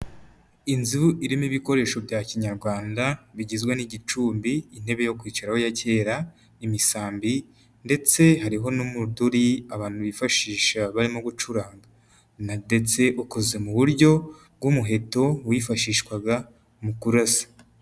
Inzu irimo ibikoresho bya kinyarwanda, bigizwe n'igicumbi, intebe yo kwicaraho ya kera, imisambi ndetse hariho n'umuduri, abantu bifashisha barimo gucuranga ndetse ukoze mu buryo bw'umuheto wifashishwaga mu kurasa.